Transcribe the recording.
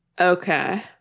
Okay